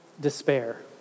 despair